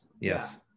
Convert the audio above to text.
Yes